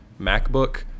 MacBook